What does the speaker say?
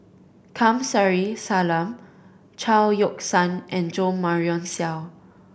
Kamsari Salam Chao Yoke San and Jo Marion Seow